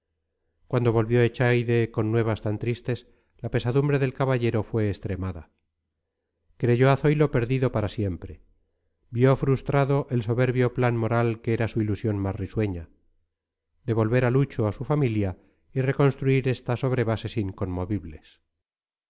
cuando volvió echaide con nuevas tan tristes la pesadumbre del caballero fue extremada creyó a zoilo perdido para siempre vio frustrado el soberbio plan moral que era su ilusión más risueña devolver a luchu a su familia y reconstruir esta sobre bases inconmovibles